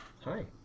Hi